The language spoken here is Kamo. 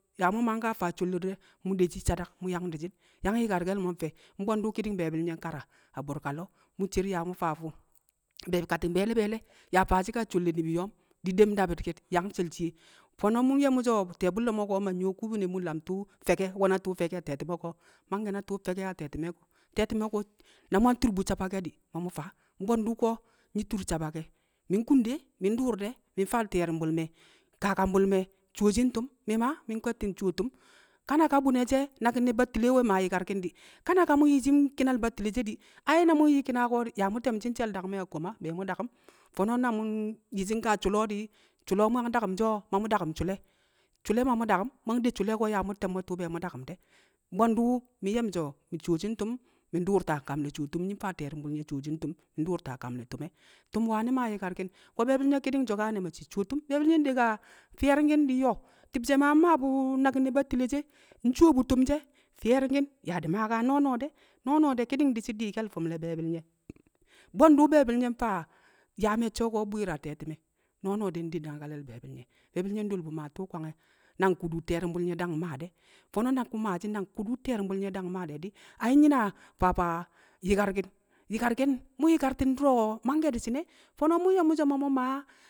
yaa mu̱ maa nkaa faa sholle di̱re̱ mu̱ ndeshi sadak mu̱ yang di̱shi̱n yang yi̱karke̱l mo̱ a nfẹ bwe̱ndu̱ ki̱ni̱ng be̱e̱bi̱l nye̱ nkara a bu̱rka lo̱o̱ mu̱ cer yaa mu faa a fu̱ be̱e̱bi̱ kati̱ng be̱e̱le̱ yaa faa shi̱ kaa sholil ni̱bi̱ yo̱o̱m di̱ dem dabi̱rki̱t yang she̱l shiye. Fo̱no̱ mu̱ nye̱ mu̱ so̱ ti̱ye̱ bu̱lle̱ mo̱ ko̱ ma nyu̱wo̱ kubune mu̱ so̱ mu̱ nlam tu̱u̱ fe̱k e̱, nwe̱ na tu̱u̱ fe̱k a te̱ti̱me̱ ko̱? Mangke̱ na tu̱u̱ fe̱k a te̱ti̱me̱ ko̱, te̱ti̱me̱ ko̱ na mu̱ ntur bu sabake̱ di̱ ma mu̱ faa, bwe̱ndu̱ ko̱ nyi̱ tur sabake̱. Mi nkun de mi̱ ndu̱u̱r de̱, mi̱ mfaa ti̱ye̱ru̱mbu̱ me̱, kakambu̱l me̱ cuwo shi̱ ntu̱m. Mi̱ ma mi̱ nkwe̱tti̱ cuwo tu̱m. Kanaka bu̱ne̱ naki̱n ne̱ battile we̱ maa yi̱karki̱n di̱, kanaka mu̱ yi̱ shi̱ nki̱nal battile shẹ di̱ ai na mu̱ nyi̱ ki̱na ko̱ di̱ yaa mu̱ te̱mshi̱ nshe̱l- dangme̱ a koma be̱e̱ mu̱ daku̱m. Fo̱no̱ na mu̱n yi̱ shi̱ nkaa su̱le̱ di̱, su̱le̱ o̱ mu̱ yang daku̱mshi̱ o̱? Ma mu̱ daku̱m su̱le̱, mu̱ yang de su̱le̱ yaa mu̱ te̱mmo̱ tu̱u̱ mu̱ yang daku̱mshi̱ e̱, mbwe̱ndu̱ mi̱ nye̱ mi̱ so̱ mi̱ cuwoshi ntu̱m, mi̱ ndu̱u̱r ta kam ne̱ cuwo tu̱m nyi̱ mfaa ti̱ye̱ru̱mbu̱ nye̱ cuwoshi ntu̱m, ndu̱u̱r ta kam ne̱ tu̱m e̱. Tu̱m wani̱ ma yi̱karki̱n, ko̱ be̱e̱bi̱l nye̱ ki̱di̱ng so̱kane̱ ma shii cuwo tu̱m, be̱e̱bi̱l nye̱ de kaa fi̱ye̱ri̱ngki̱n di̱ nyo̱o̱. Ti̱bshe̱ maa mmaa bu̱- naki̱n ne̱ battile she, ncuwo bu tu̱m she̱, fi̱ye̱ri̱ngki̱n yaa di̱ maa kaa no̱o̱no̱de̱, no̱o̱no̱de̱ ki̱n di̱shi̱ ki̱ni̱ng di̱i̱ke̱l fi̱m ne̱ be̱e̱bi̱l nye̱. Mbwe̱ndu̱ be̱e̱bi̱l nye̱ mfaa yaa me̱cce̱ o̱ ko̱ bwi̱i̱r a te̱ti̱me̱, no̱o̱no̱de̱ nde nyangkale̱l be̱e̱bi̱l nye̱. Be̱e̱bi̱l nye̱ ndol bu maa tu̱u̱ kwange̱ nang kudu ti̱ye̱ru̱mbu̱l nye̱ dang mmaa de̱, fo̱no̱ na ku̱ maashi̱ nang wu̱ ti̱ye̱ru̱mbu̱l nye̱ dang mmaa de̱ di̱ ai nyi̱ naa faa faa yi̱karki̱n, yi̱karki̱n, mu̱ yi̱karti̱n du̱ro̱ mangke̱ di̱shi̱n e̱. Fo̱no̱ mu̱ nye̱ mu̱ so̱ ma mu̱ maa